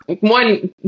one